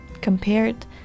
compared